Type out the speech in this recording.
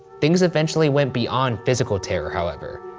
things eventually went beyond physical terror, however.